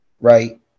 right